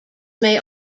may